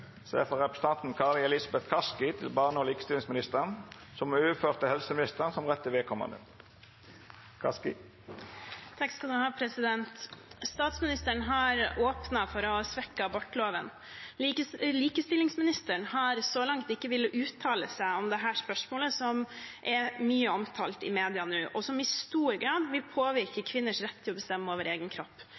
barne- og likestillingsministeren, vil verta svara på av helseministeren som rette vedkomande. «Statsministeren har åpnet for å svekke abortloven. Likestillingsministeren har så langt ikke villet uttale seg om dette spørsmålet som verserer i media nå, og som i stor grad vil påvirke kvinners rett til å bestemme over egen kropp.